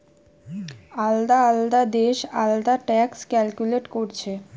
আলদা আলদা দেশ আলদা ট্যাক্স ক্যালকুলেট কোরছে